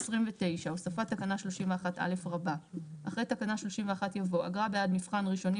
29. הוספת תקנה 31א. אחרי תקנה 31 יבוא: "אגרה בעד מבחן ראשוני,